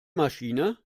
maschine